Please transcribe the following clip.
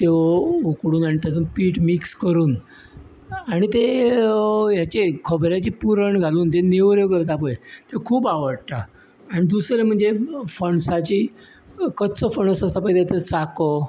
त्यो उकडून आनी ताचो पीठ मिक्स करून आनी ते हेचें खोबऱ्याचें पुरण घालून जें नेवऱ्यो करता पळय त्यो खूब आवडटा आनी दुसरें म्हणजे फणसाचीं कच्चो फणस आसता पळय ताचो चाखो